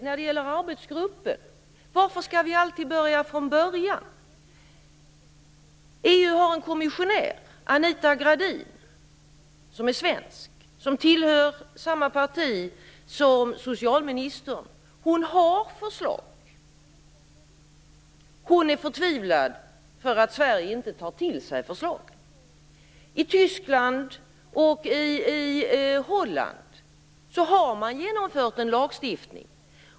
När det gäller arbetsgruppen undrar jag: Varför skall vi alltid börja från början? EU har en svensk kommissionär, Anita Gradin, som tillhör samma parti som socialministern. Hon har förslag, och hon är förtvivlad över att Sverige inte tar till sig förslagen. I Tyskland och i Holland har man genomfört en lagstiftning.